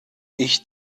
ich